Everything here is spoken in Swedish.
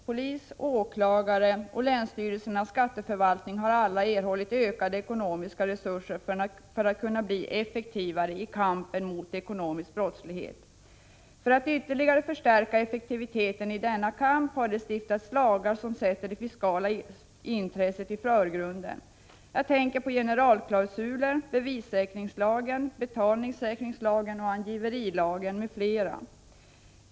Polis, åklagare och länsstyrelsernas skatteförvaltningar har alla erhållit ökade ekonomiska resurser för att kunna bli effektivare i kampen mot ekonomisk brottslighet. För att ytterligare förstärka effektiviteten i denna kamp har det stiftats lagar som sätter det fiskala intresset i förgrunden. Jag tänker på generalklausuler, bevissäkringslagen, betalningssäkringslagen, angiverilagen m.fl.